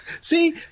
See